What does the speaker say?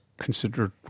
Considered